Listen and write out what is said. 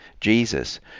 Jesus